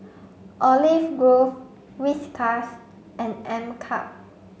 Olive Grove Whiskas and M K U P